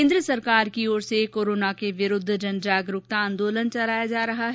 केन्द्र सरकार की ओर से कोरोना के विरूद्व जन जागरूकता आंदोलन चलाया जा रहा है